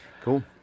Cool